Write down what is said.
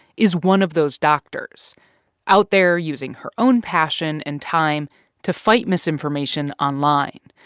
is one of those doctors out there using her own passion and time to fight misinformation online.